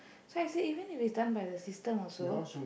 so I say even if it's done by the system also